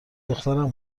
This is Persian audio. دخترم